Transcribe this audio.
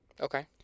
Okay